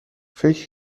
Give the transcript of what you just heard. فکر